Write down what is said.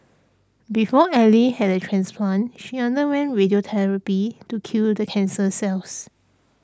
before Ally had a transplant she underwent radiotherapy to kill the cancer cells